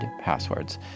passwords